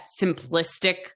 simplistic